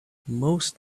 most